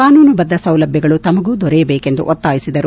ಕಾನೂನುಬದ್ದ ಸೌಲಭ್ಯಗಳು ತಮಗೂ ದೊರೆಯಬೇಕೆಂದು ಒತ್ತಾಯಿಸಿದರು